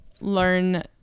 learn